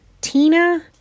Tina